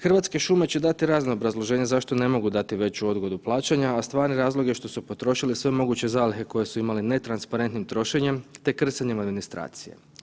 Hrvatske šume će dati razna obrazloženja zašto ne mogu dati veću odgodu plaćanja, a stvarni razlog je što su potrošile sve moguće zalihe koje su imale netransparentnim trošenjem te krcanjem administracije.